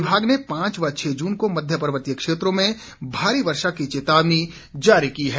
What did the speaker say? विभाग ने पांच व छह जून को मध्य पर्वतीय क्षेत्रों में भारी वर्षा की चेतावनी जारी की है